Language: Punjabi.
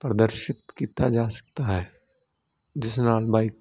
ਪ੍ਰਦਰਸ਼ਿਤ ਕੀਤਾ ਜਾ ਸਕਦਾ ਹੈ ਜਿਸ ਨਾਲ ਬਾਈਕ